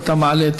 שאתה מעלה,